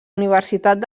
universitat